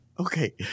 Okay